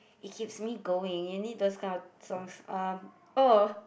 it keeps me going you need those kind of songs um oh